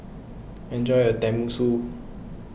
enjoy your Tenmusu